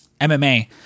mma